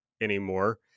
anymore